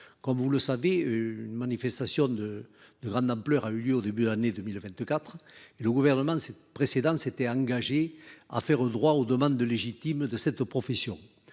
Comme vous le savez, une manifestation de grande ampleur a eu lieu au début de l’année 2024. Le gouvernement précédent s’était engagé à faire droit aux demandes légitimes de cette profession.